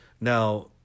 Now